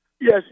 Yes